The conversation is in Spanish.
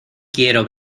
quiero